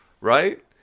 Right